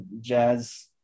jazz